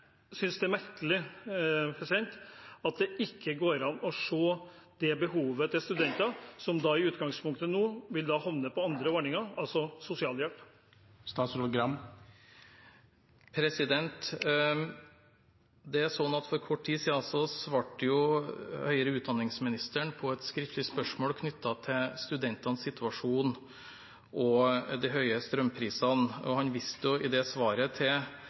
synes det er merkelig at det ikke går an å se dette behovet for studentene, som i utgangspunktet nå vil havne på andre ordninger, altså sosialhjelp. For kort tid siden svarte høyere utdanningsministeren på et skriftlig spørsmål knyttet til studentenes situasjon og de høye strømprisene. Han viste i det svaret til